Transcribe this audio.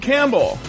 Campbell